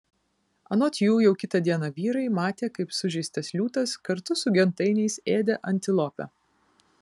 anot jų jau kitą dieną vyrai matė kaip sužeistas liūtas kartu su gentainiais ėdė antilopę